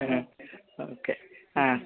ആ ഓക്കെ ആ